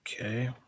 Okay